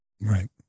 Right